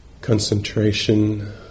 concentration